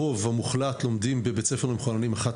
הרוב המוחלט לומדים בבית ספר למחוננים אחת